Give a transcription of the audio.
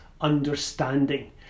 understanding